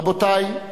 רבותי,